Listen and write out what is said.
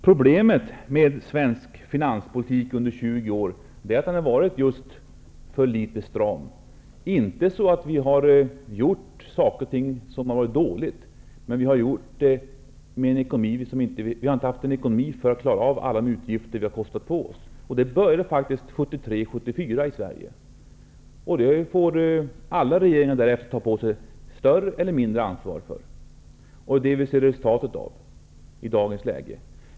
Problemet med svensk finanspolitik under 20 år har varit att den inte har varit tillräckligt stram, inte så att vi har gjort saker och ting som har varit dåliga, men vi har inte haft ekonomin för att klara alla utgifter för det som vi kostat på oss. Det började redan 1973 och 1974 i Sverige. Det får alla regeringar därefter ta ett större eller mindre ansvar för. Detta ser vi nu resultatet av.